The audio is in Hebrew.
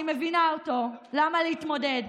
אני מבינה אותו, למה להתמודד?